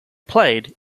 played